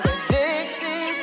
Addicted